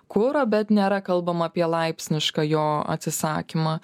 kuro bet nėra kalbama apie laipsnišką jo atsisakymą